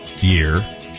year